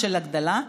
ההגדלה.